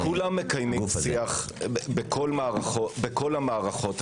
הרי כולם מקיימים שיח בכל המערכות הממשלתיות.